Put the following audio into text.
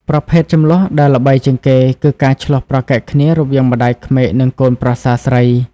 ប្រភេទជម្លោះដែលល្បីជាងគេគឺការឈ្លោះប្រកែកគ្នារវាងម្តាយក្មេកនិងកូនប្រសាស្រី។